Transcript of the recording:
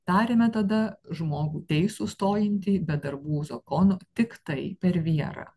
tariame tada žmogų teisų stojantį be darbų zakono tiktai per vierą